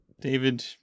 David